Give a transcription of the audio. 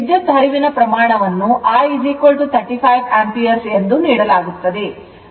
ವಿದ್ಯುತ್ ಹರಿವಿನ ಪ್ರಮಾಣವನ್ನು I 35 ಆಂಪಿಯರ್ ಎಂದು ನೀಡಲಾಗುತ್ತದೆ